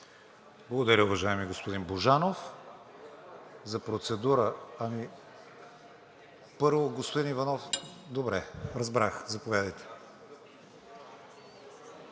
Благодаря, уважаеми господин Божанов. За процедура, първо, господин Иванов. Добре, разбрах, заповядайте.